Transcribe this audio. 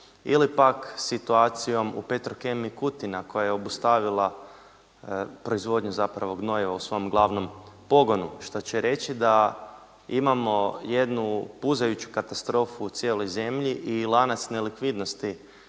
ili pak situacijom u Petrokemiji Kutina koja je obustavila proizvodnju zapravo gnojima u svom glavnom pogonu. Što će reći da imamo jednu puzajuću katastrofu u cijeloj zemlji i lanac nelikvidnosti